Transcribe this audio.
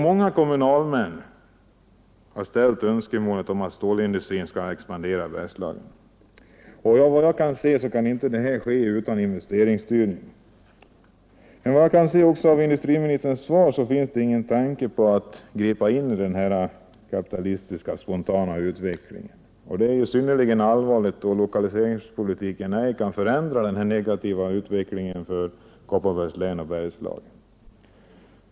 Många kommunalmän har framfört önskemålet att storindustrin skall expandera i Bergslagen. Såvitt jag förstår kan det inte ske utan investeringsstyrning. Men i industriministerns svar kan jag inte se att det finns någon tanke på att gripa in i den s.k. kapitalistiska spontana utvecklingen. Det är synnerligen allvarligt då lokaliseringspolitiken ej kan förändra denna negativa utveckling för Kopparbergs län och Bergslagen.